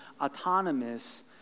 autonomous